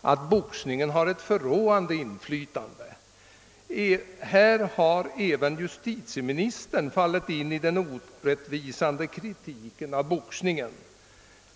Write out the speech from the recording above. att boxningen har ett förråande inflytande. Här har även förre justitieministern fallit in i den orättvisa kritiken av boxningen.